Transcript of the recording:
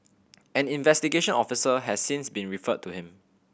an investigation officer has since been referred to him